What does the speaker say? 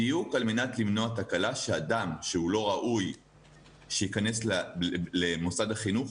בדיוק על מנת למנוע תקלה שאדם שהוא לא ראוי שיכנס למוסד החינוך,